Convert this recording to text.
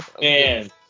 Man